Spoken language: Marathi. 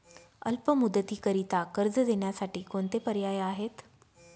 अल्प मुदतीकरीता कर्ज देण्यासाठी कोणते पर्याय आहेत?